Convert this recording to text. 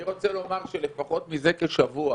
אני רוצה לומר שלפחות מזה כשבוע,